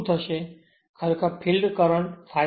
પ્રથમ ખરેખર field current ∅ શોધો